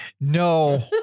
no